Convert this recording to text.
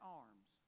arms